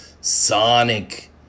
sonic